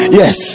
yes